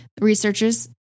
researchers